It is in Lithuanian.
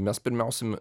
mes pirmiausiai